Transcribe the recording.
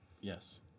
Yes